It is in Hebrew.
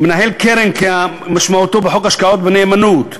מנהל קרן כמשמעותו בחוק השקעות בנאמנות,